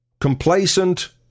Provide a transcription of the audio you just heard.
Complacent